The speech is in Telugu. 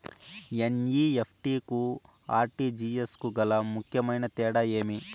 ఎన్.ఇ.ఎఫ్.టి కు ఆర్.టి.జి.ఎస్ కు గల ముఖ్యమైన తేడా ఏమి?